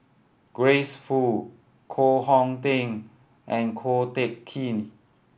Grace Fu Koh Hong Teng and Ko Teck Kin